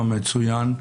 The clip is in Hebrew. המצוין,